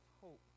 hope